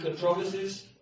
controversies